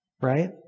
right